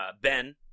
Ben